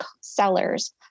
sellers